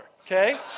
okay